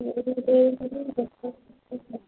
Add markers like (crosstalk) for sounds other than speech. (unintelligible)